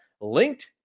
Linked